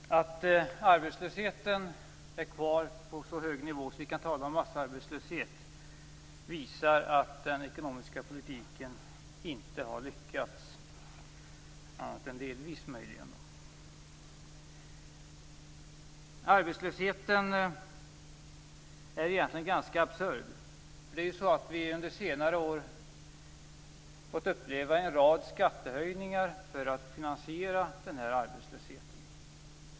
Fru talman! Att arbetslösheten är kvar på en så hög nivå att vi kan tala om massarbetslöshet visar att den ekonomiska politiken inte har lyckats annat än möjligen delvis. Arbetslösheten är egentligen ganska absurd. Under senare år har vi fått uppleva en rad skattehöjningar för att finansiera denna arbetslöshet.